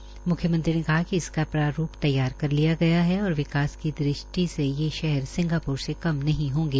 म्ख्यमंत्री ने कहा कि इसका प्रारूप तैयार कर लिया गया है और विकास की दृष्टि से यह शहर सिंगाप्र से कम नहीं होंगे